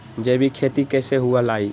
जैविक खेती कैसे हुआ लाई?